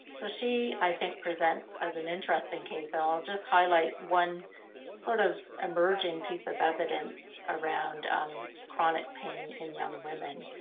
so she, i think presents as an interesting case, and i'll just highlight one sort of emerging piece of evidence around chronic pain in young women.